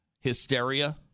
hysteria